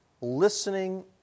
listening